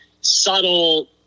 subtle